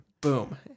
Boom